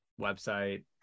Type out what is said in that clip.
website